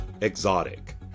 Exotic